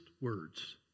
words